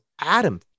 Adam